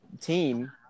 team